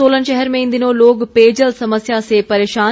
सोलन शहर में इन दिनों लोग पेयजल समस्या से परेशान